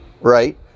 Right